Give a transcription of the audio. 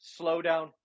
slowdown